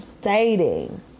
dating